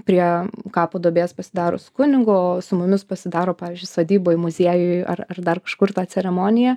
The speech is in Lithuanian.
prie kapo duobės pasidaro su kunigu o su mumis pasidaro pavyzdžiui sodyboj muziejuj ar dar kažkur tą ceremoniją